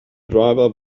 driver